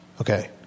Okay